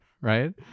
Right